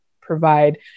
provide